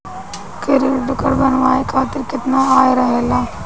Credit card बनवाए के खातिर केतना आय रहेला?